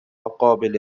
قابل